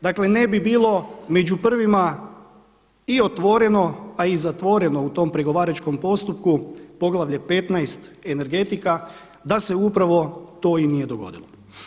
Dakle, ne bi bilo među prvima i otvoreno, a i zatvoreno u tom pregovaračkom postupku poglavlje 15. energetika, da se upravo to i nije dogodilo.